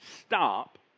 stop